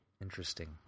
Interesting